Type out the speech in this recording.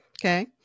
Okay